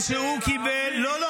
לא,